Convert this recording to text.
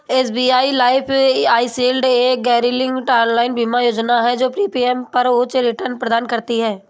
SBI life e shield एक गैरलिंक्ड online बीमा योजना है जो प्रीमियम पर उच्च रिटर्न प्रदान करती है